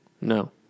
No